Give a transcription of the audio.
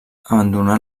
abandonà